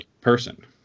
person